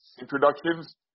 introductions